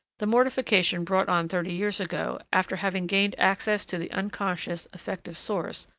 the mortification brought on thirty years ago, after having gained access to the unconscious affective source,